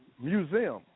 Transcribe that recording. museum